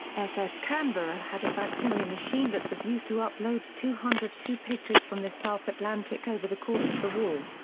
ss canberra had a facsimile machine that was used to upload two hundred and two pictures from the south atlantic over the course of the war.